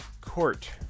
court